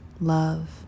love